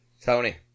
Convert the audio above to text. Tony